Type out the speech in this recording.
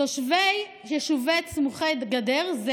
תושבי היישובים צמודי או סמוכי הגדר, יש